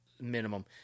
minimum